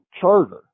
charter